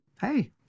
Hey